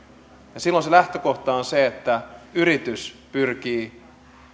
ja silloin lähtökohta on se että yritys pyrkii